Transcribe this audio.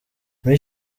muri